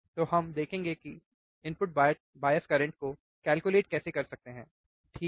तो हम देखेंगे कि हम इनपुट बायस करंट को कैलकुलेट कैसे कर सकते हैं ठीक है